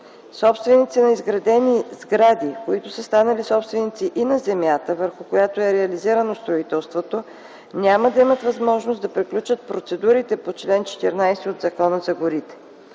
Собственици на изградените сгради, които са станали собственици и на земята, върху която е реализирано строителството, няма да имат възможност да приключат процедурите по чл. 14 от Закона за горите.